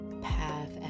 path